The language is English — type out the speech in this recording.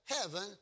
heaven